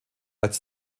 als